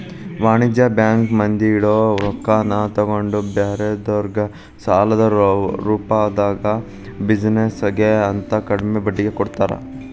ವಾಣಿಜ್ಯ ಬ್ಯಾಂಕ್ ಮಂದಿ ಇಡೊ ರೊಕ್ಕಾನ ತಗೊಂಡ್ ಬ್ಯಾರೆದೊರ್ಗೆ ಸಾಲದ ರೂಪ್ದಾಗ ಬಿಜಿನೆಸ್ ಗೆ ಅಂತ ಕಡ್ಮಿ ಬಡ್ಡಿಗೆ ಕೊಡ್ತಾರ